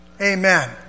Amen